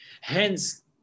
Hence